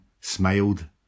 smiled